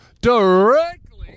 directly